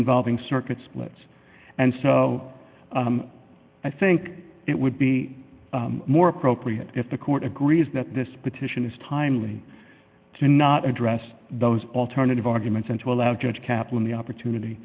involving circuit splits and so i think it would be more appropriate if the court agrees that this petition is timely to address those alternative arguments and to allow judge kaplan the opportunity